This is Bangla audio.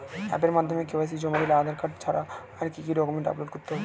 অ্যাপের মাধ্যমে কে.ওয়াই.সি জমা দিলে আধার কার্ড ছাড়া আর কি কি ডকুমেন্টস আপলোড করতে হবে?